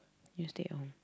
you stay at home